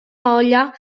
olla